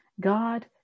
God